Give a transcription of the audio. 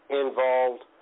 involved